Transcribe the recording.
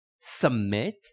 Submit